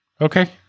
Okay